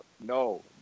No